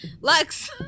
Lux